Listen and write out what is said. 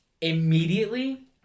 immediately